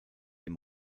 dem